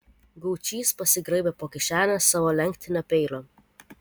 gaučys pasigraibė po kišenes savo lenktinio peilio